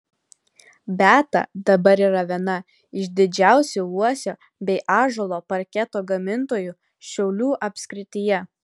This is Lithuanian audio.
beata dabar yra viena iš didžiausių uosio bei ąžuolo parketo gamintojų šiaulių apskrityje